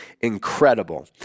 incredible